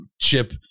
chip